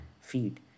feed